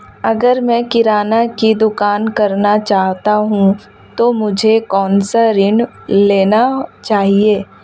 अगर मैं किराना की दुकान करना चाहता हूं तो मुझे कौनसा ऋण लेना चाहिए?